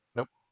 Nope